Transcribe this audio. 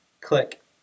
click